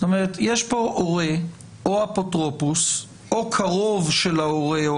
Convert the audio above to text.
יש כאן הורה או אפוטרופוס או קרוב של ההורה או